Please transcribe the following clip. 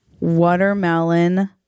watermelon